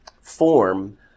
form